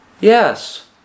Yes